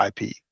IP